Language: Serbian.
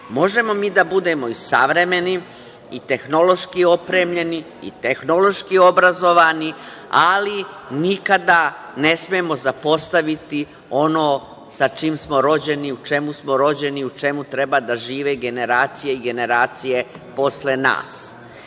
Možemo mi da budemo i savremeni i tehnološki opremljeni i tehnološki obrazovani, ali nikada ne smemo zapostaviti ono sa čim smo rođeni i u čemu smo rođeni i u čemu treba da žive generacije i generacije posle nas.